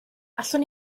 allwn